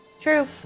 True